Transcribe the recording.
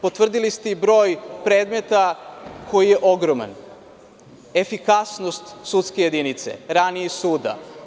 Potvrdili ste i broj predmeta koji je ogroman, efikasnost sudske jedinice, ranije suda.